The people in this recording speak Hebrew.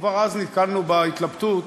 כבר אז נתקלנו בהתלבטות